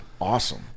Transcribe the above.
awesome